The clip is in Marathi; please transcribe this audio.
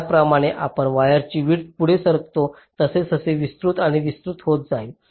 ज्याप्रमाणे आपण वायरची विड्थ पुढे सरकतो तसतसे विस्तृत आणि विस्तृतही होत जाईल